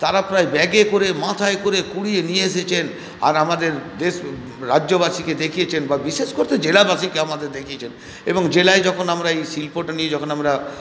তারা প্রায় ব্যাগে করে মাথায় করে কুড়িয়ে নিয়ে এসেছেন আর আমাদের দেশ রাজ্যবাসীকে দেখিয়েছেন বা বিশেষ করে তো জেলাবাসীকে আমাদের দেখিয়েছেন এবং জেলায় যখন আমরা এই শিল্পটা নিয়ে যখন আমরা